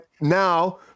now